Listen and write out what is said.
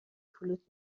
فلوت